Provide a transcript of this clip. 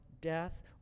death